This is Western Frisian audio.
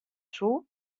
soe